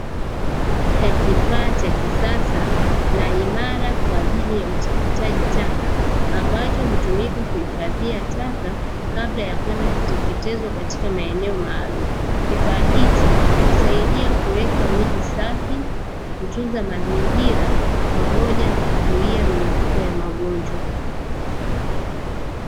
Moja ya kifaa cha kisasa na imara kwa ajili ya uchakataji taka ambacho hutumika kuhifadhia taka kabla ya kwenda kuteketezwa katika maeneo maalumu, kifaa hiki husaidia kuweka miji safi, kutunza mazingira pamoja na kuzuia milipuko ya magonjwa.